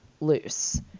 loose